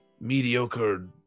mediocre